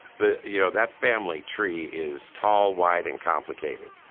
but, you know that family tree is tall, wide and complicated.